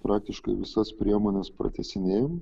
praktiškai visas priemones pratęsinėjam